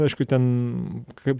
aišku ten kaip